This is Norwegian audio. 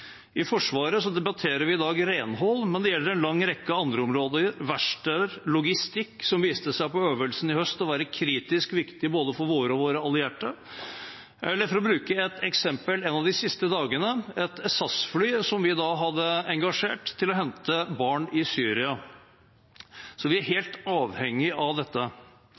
debatterer vi i dag renhold, men det gjelder en lang rekke andre områder – verksted, logistikk, som på øvelsen i høst viste seg å være kritisk viktig både for oss og for våre allierte, eller for å bruke et eksempel fra en av de siste dagene, et SAS-fly, som vi hadde engasjert til å hente barn i Syria. Vi er helt avhengig av dette.